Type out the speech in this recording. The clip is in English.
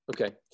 Okay